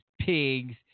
pigs